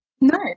No